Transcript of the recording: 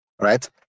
right